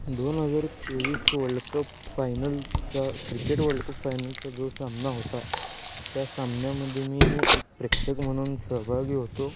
दोन हजार चोवीस वर्ल्ड कप फायनलचा क्रिकेट वर्ल्ड कप फायनलचा जो सामना होता त्या सामन्यामध्ये मी एक प्रेक्षक म्हणून सहभागी होतो